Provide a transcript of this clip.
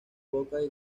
bocas